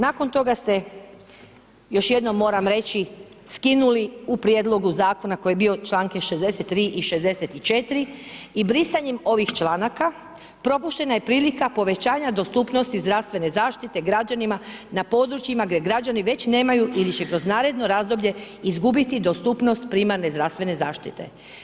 Nakon toga ste, još jednom moram reći, skinuli u Prijedlogu zakona koji je bio članke 63. i 64. i brisanjem ovih članaka propuštena je prilika povećanja dostupnosti zdravstvene zaštite građanima na područjima gdje građani već nemaju ili će kroz naredno razdoblje izgubiti dostupnost primarne zdravstvene zaštite.